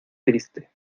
triste